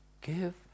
give